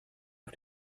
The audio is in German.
auf